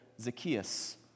Zacchaeus